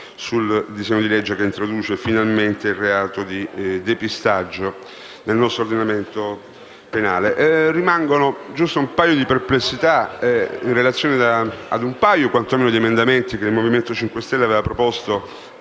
sul disegno di legge che introduce finalmente il reato di depistaggio nel nostro ordinamento penale. Rimane solo qualche perplessità in relazione ad un paio di emendamenti che il Movimento 5 Stelle aveva proposto